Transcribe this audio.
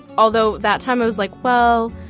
although that time i was like, well,